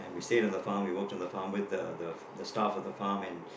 we stayed in the farm we worked on the farm with the the staff on the farm and